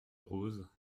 rose